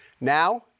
Now